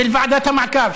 של ועדת המעקב,